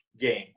game